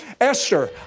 Esther